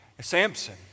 Samson